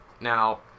Now